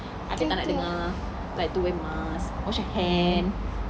until tak nak dengar like to wear mask wash your hands